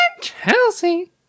Chelsea